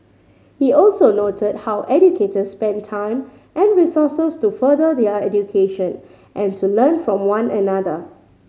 he also noted how educators spend time and resources to further their education and to learn from one another